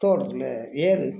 தோட்டத்தில் ஏர்